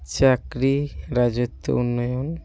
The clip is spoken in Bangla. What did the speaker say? চাকরি রাজত্ব উন্নয়ন